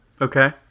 Okay